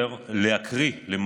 להקריא,